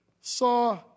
Saw